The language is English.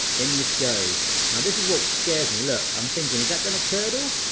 in this goes. now this is what scares me. look. i'm thinkin'. is that gonna curdle?